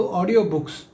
audiobooks